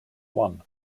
one